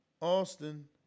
Austin